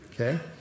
Okay